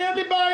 אין לי בעיה.